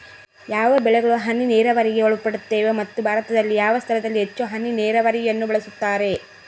ಯಾವ ಬೆಳೆಗಳು ಹನಿ ನೇರಾವರಿಗೆ ಒಳಪಡುತ್ತವೆ ಮತ್ತು ಭಾರತದಲ್ಲಿ ಯಾವ ಸ್ಥಳದಲ್ಲಿ ಹೆಚ್ಚು ಹನಿ ನೇರಾವರಿಯನ್ನು ಬಳಸುತ್ತಾರೆ?